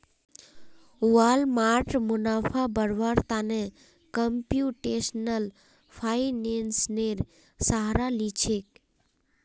Walmart मुनाफा बढ़व्वार त न कंप्यूटेशनल फाइनेंसेर सहारा ली छेक